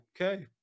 okay